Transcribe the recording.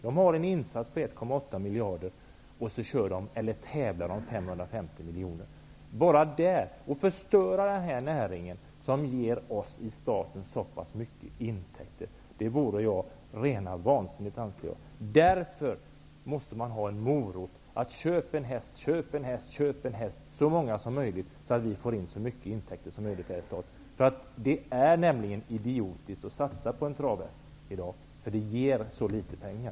De satsar sammanlagt 1,8 miljarder kronor, och de tävlar om en prissumma på totalt 550 miljoner. Det vore rena vansinnet att förstöra denna näring, som ger staten så mycket intäkter. Det måste finnas en morot för folk att köpa en häst, så att staten får in så mycket intäkter som möjligt. Det är nämligen idiotiskt att satsa på en travhäst i dag, för det ger så litet pengar.